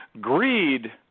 greed